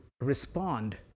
respond